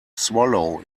swallow